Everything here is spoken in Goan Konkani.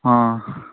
आं